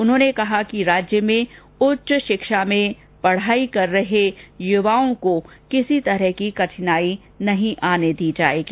उन्होंने कहा कि राज्य में उच्च शिक्षा में अध्ययनरत युवाओं को किसी प्रकार की कठिनाई नहीं आने दी जाएगी